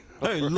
Hey